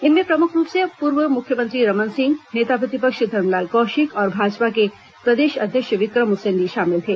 इनमें प्रमुख रूप से पूर्व मुख्यमंत्री रमन सिंह नेता प्रतिपक्ष धरमलाल कौशिक और भाजपा के प्रदेश अध्यक्ष विक्रम उसेंडी शामिल थे